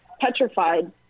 petrified